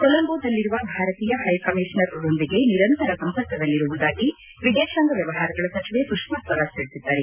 ಕೊಲಂಬೋದಲ್ಲಿರುವ ಭಾರತೀಯ ಹೈಕಮೀಷನರ್ರೊಂದಿಗೆ ನಿರಂತರ ಸಂಪರ್ಕದಲ್ಲಿರುವುದಾಗಿ ವಿದೇತಾಂಗ ವ್ಯವಹಾರಗಳ ಸಚಿವೆ ಸುಷ್ಮಾ ಸ್ವರಾಜ್ ತಿಳಿಬಿದ್ದಾರೆ